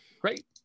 Great